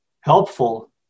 helpful